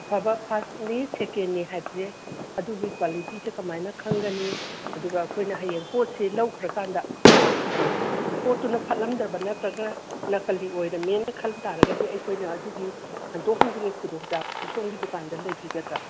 ꯑꯐꯕ ꯐꯥꯁꯅꯤ ꯁꯦꯀꯦꯟꯅꯤ ꯍꯥꯏꯕꯖꯦ ꯑꯗꯨꯒꯤ ꯀ꯭ꯋꯥꯂꯤꯇꯤꯁꯦ ꯀꯃꯥꯏꯅ ꯈꯪꯒꯅꯤ ꯑꯗꯨꯒ ꯑꯩꯈꯣꯏꯅ ꯍꯌꯦꯡ ꯄꯣꯠꯁꯦ ꯂꯧꯈ꯭ꯔꯀꯥꯟꯗ ꯄꯣꯠꯇꯨꯅ ꯐꯠꯂꯝꯗꯕ ꯅꯠꯇ꯭ꯔꯒ ꯅꯀꯂꯤ ꯑꯣꯏꯔꯝꯃꯦꯅ ꯈꯟꯇꯥꯔꯒꯗꯤ ꯑꯩꯈꯣꯏꯅ ꯑꯗꯨꯒꯤ ꯍꯟꯗꯣꯛ ꯍꯟꯖꯤꯟꯒꯤ ꯈꯨꯗꯣꯡꯆꯥꯕꯁꯨ ꯁꯣꯝꯒꯤ ꯗꯨꯀꯥꯟꯗ ꯂꯩꯕꯤꯒꯗ꯭ꯔꯥ